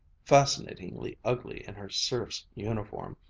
fascinatingly ugly in her serf's uniform,